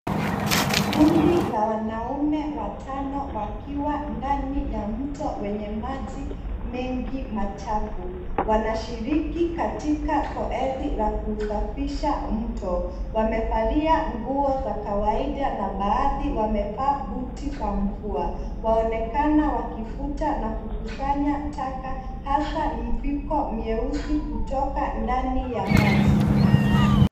Kundi la wanaume watano wakiwa ndani ya mto wenye maji mengi machafu wanashiriki katika zoezi la kusafisha mto. Wamevalia nguo za kawaida na baadhi wamevaa buti za mvua. Waonekana wakivuta na kukusanya taka hasa mviko mieusi kutoka ndani ya maji.